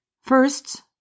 First